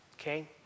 Okay